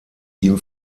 ihm